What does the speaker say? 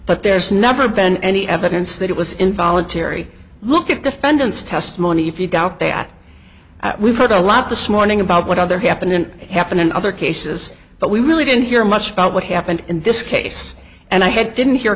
but there's never been any evidence that it was involuntary look at defendant's testimony if you doubt that we've heard a lot this morning about what other happened in happen in other cases but we really didn't hear much about what happened in this case and i had didn't hear